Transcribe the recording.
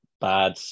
bad